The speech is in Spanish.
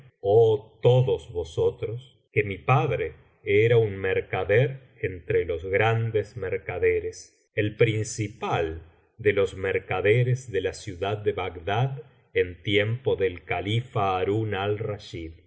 oh todos vosotros que mi padre era un mercader entre los grandes mercaderes el principal de los mercaderes de la ciudad de bagdad en tiempo del califa harún